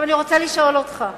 עכשיו, אני רוצה לשאול אותך: